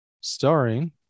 starring